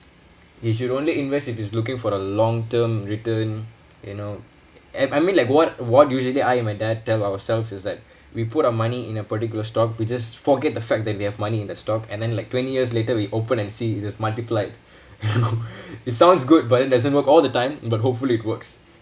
he should only invest if he's looking for a long term return you know and I mean like what what usually I and my dad tell ourselves is that we put our money in a particular stock we just forget the fact that we have money in the stock and then like twenty years later we open and see it just multiplied it sounds good but it doesn't work all the time but hopefully it works